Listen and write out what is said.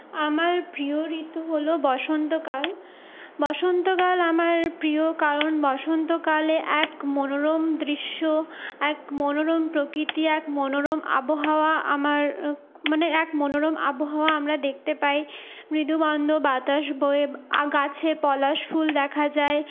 আমার প্রিয় ঋতু হল বসন্তকাল বসন্তকাল আমার প্রিয় কারণ বসন্তকালে এক মনোরম দৃশ্য এক মনোরম প্রকৃতি এক মনোরম আবহাওয়া আমার মানে এক মনোরম আবহাওয়া আমরা দেখতে পাই মৃদুমন্দ বাতাস বয় গাছে পলাশ ফুল দেখা যায়